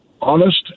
honest